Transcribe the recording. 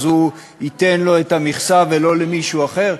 אז הוא ייתן לו את המכסה ולא למישהו אחר?